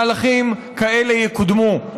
מהלכים כאלה יקודמו,